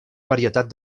varietat